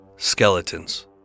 Skeletons